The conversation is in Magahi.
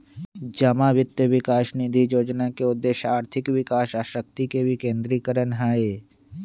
जमा वित्त विकास निधि जोजना के उद्देश्य आर्थिक विकास आ शक्ति के विकेंद्रीकरण हइ